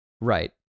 Right